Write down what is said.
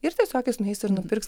ir tiesiog jis nueis ir nupirks